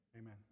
Amen